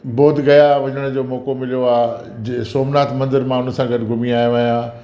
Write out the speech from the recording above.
बोधगया वञण जो मौक़ो मिलियो आहे जीअं सोमनाथ मंदरु मां उन सां गॾु घुमी आयो आहियां